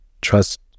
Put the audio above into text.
trust